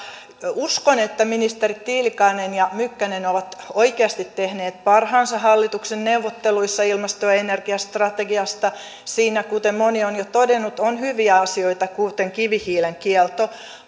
uskon että ministerit tiilikainen ja mykkänen ovat oikeasti tehneet parhaansa hallituksen neuvotteluissa ilmasto ja ja energiastrategiasta siinä kuten moni on jo todennut on hyviä asioita kuten kivihiilen kielto